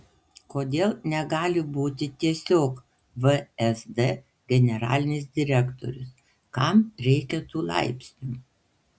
kodėl negali būti tiesiog vsd generalinis direktorius kam reikia tų laipsnių